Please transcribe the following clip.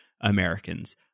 Americans